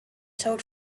told